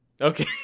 Okay